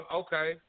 okay